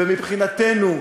ומבחינתנו,